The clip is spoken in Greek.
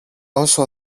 όσο